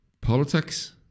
politics